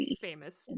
famous